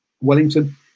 Wellington